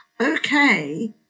Okay